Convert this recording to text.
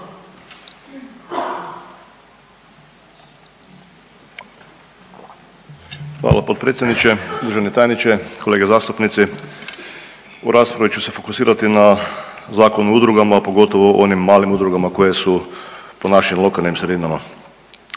Hvala potpredsjedniče. Državni tajniče, kolege zastupnici u raspravi ću se fokusirati na Zakon o udruga, a pogotovo o onim malim udrugama koje su po našim lokalnim sredinama.